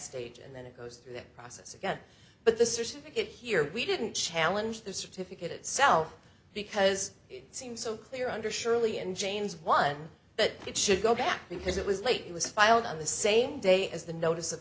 stage and then it goes through that process again but the certificate here we didn't challenge the certificate itself because it seems so clear undershirt only in jane's one but it should go back because it was late it was filed on the same day as the notice of